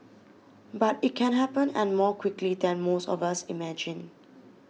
but it can happen and more quickly than most of us imagine